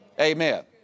Amen